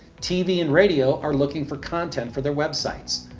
tv and radio are looking for content for their web sites.